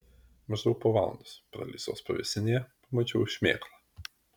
maždaug po valandos praleistos pavėsinėje pamačiau šmėklą